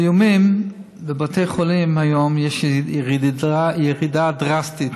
בזיהומים בבתי חולים יש היום ירידה דרסטית,